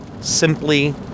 simply